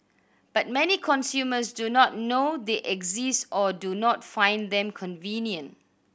but many consumers do not know they exist or do not find them convenient